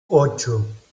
ocho